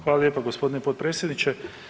Hvala lijepo gospodine potpredsjedniče.